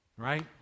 right